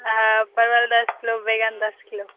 हँ परवल दश किलो बैंगन दश किलो